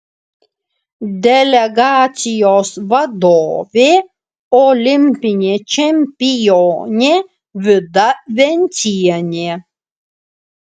delegacijos vadovė olimpinė čempionė vida vencienė